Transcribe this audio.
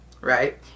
right